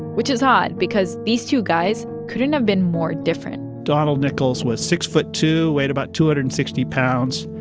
which is odd because these two guys couldn't have been more different donald nichols was six foot two, weighed about two hundred and sixty pounds,